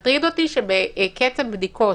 מטריד אותי שבקצב בדיקות